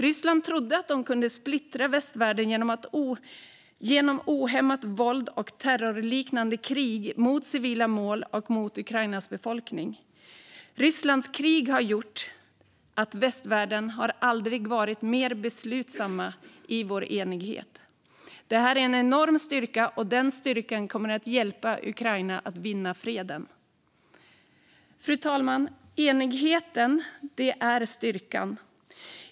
Ryssland trodde att de kunde splittra västvärlden genom ohämmat våld och terrorliknande krig mot civila mål och mot Ukrainas befolkning, men Rysslands krig har gjort att västvärlden aldrig varit mer beslutsam i sin enighet. Det är en enorm styrka, och den kommer att hjälpa Ukraina att vinna freden. Fru talman! Enigheten är styrkan.